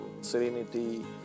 serenity